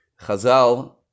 Chazal